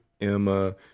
Emma